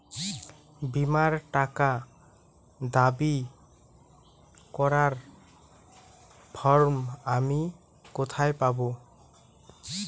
বীমার টাকা দাবি করার ফর্ম আমি কোথায় পাব?